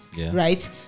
right